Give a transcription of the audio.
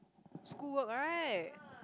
school work right